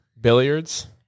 Billiards